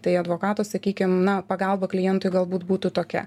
tai advokato sakykim na pagalba klientui galbūt būtų tokia